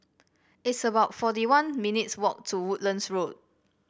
it's about forty one minutes' walk to Woodlands Road